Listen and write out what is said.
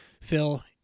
Phil